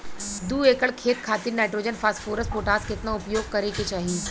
दू एकड़ खेत खातिर नाइट्रोजन फास्फोरस पोटाश केतना उपयोग करे के चाहीं?